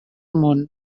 món